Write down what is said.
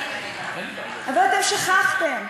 אבל אתם שכחתם,